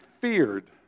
feared